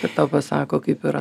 ir tau pasako kaip yra